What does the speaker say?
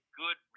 good